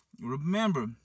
Remember